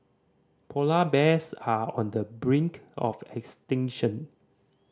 polar bears are on the brink of extinction